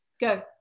Go